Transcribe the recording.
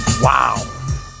wow